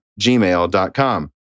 gmail.com